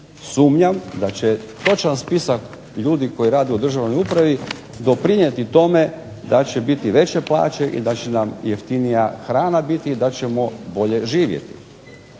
Sumnjam da će točan spisak ljudi koji rade u državnoj upravi doprinijeti tome da će biti veće plaće i da će nam jeftinija hrana biti i da ćemo bolje živjeti.